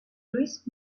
luis